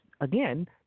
again